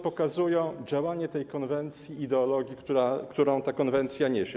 Pokazują działanie tej konwencji, ideologii, którą ta konwencja niesie.